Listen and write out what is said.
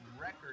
record